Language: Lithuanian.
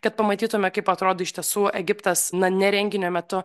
kad pamatytume kaip atrodo iš tiesų egiptas na ne renginio metu